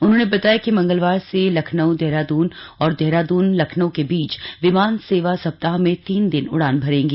उन्होंने बताया कि मंगलवार से लखनऊ देहरादून और देहरादून लखनऊ के बीच विमान सेवा सप्ताह में तीन दिन उड़ान भरेंगी